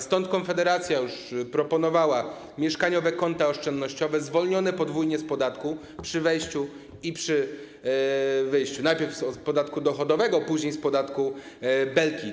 Stąd Konfederacja proponowała mieszkaniowe konta oszczędnościowe zwolnione podwójnie z podatku, przy wejściu i przy wyjściu - najpierw z podatku dochodowego, później z podatku Belki.